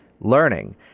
learning